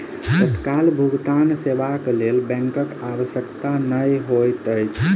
तत्काल भुगतान सेवाक लेल बैंकक आवश्यकता नै होइत अछि